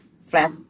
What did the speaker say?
flat